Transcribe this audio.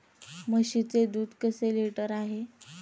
म्हशीचे दूध कसे लिटर आहे?